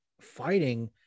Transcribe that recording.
fighting